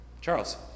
Charles